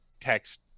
text